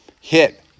hit